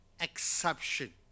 exception